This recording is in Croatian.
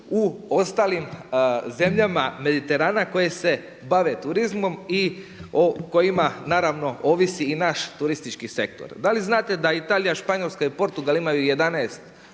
u ostalim zemljama Mediterana koje se bave turizmom i o kojima naravno ovisi i naš turistički sektor. Da li znate da Italija, Španjolska i Portugal imaju 11%